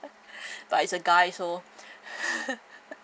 but it's a guy so